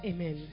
Amen